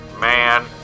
Man